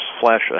flash